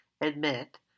admit